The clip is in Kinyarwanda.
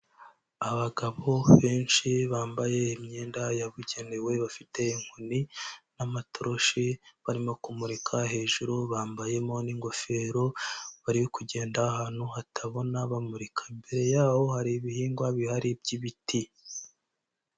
Abagabo benshi bambaye imyenda yabugenewe bafite inkoni n'amatoroshi, barimo kumurika hejuru bambayemo n'ingofero, bari kugenda ahantu hatabona bamurika. Imbere yaho hari ibihingwa bihari by'ibiti.